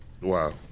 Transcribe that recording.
Wow